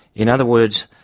in other words,